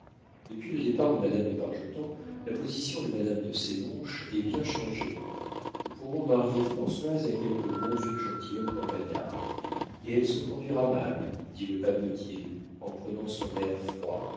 depuis le départ de madame de bargeton la position de madame de sénonches est bien changée nous pourrons marier françoise à quelque bon vieux gentilhomme campagnard et elle se conduira mal dit le papetier en prenant son air froid